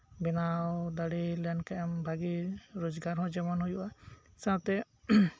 ᱵᱮᱱᱟᱣ ᱫᱟᱲᱮᱞᱮᱱ ᱠᱷᱟᱱᱮᱢ ᱵᱷᱟᱹᱜᱤ ᱨᱚᱡᱜᱟᱨ ᱦᱚᱸ ᱡᱮᱢᱚᱱ ᱦᱩᱭᱩᱜᱼᱟ ᱥᱟᱶᱛᱮ